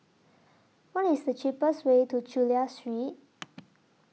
What IS The cheapest Way to Chulia Street